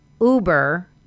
Uber